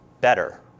better